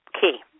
key